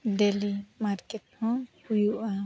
daily market ᱦᱚᱸ ᱦᱩᱭᱩᱜᱼᱟ